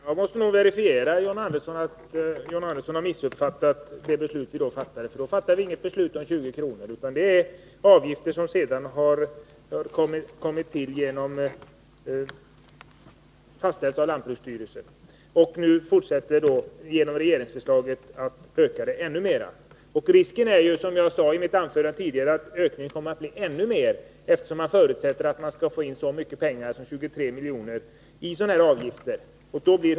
Herr talman! Jag måste nog verifiera att John Andersson har missuppfattat det beslut som vi fattade förra året. Vi fattade inte några beslut om 20 kr. Det rör sig om avgifter som har fastställts av lantbruksstyrelsen och som nu genom regeringsförslaget kommer att öka ännu mer. Risken är, som jag sade tidigare, att ökningen blir ännu större, eftersom man förutsätter att man skall få in 23 milj.kr. i sådana här avgifter.